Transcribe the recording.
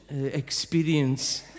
experience